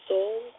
Soul